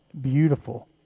beautiful